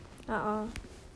a'ah